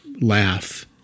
laugh